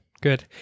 good